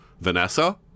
Vanessa